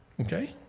okay